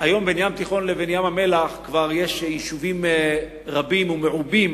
היום בין הים התיכון לים-המלח יש כבר יישובים רבים ומעובים,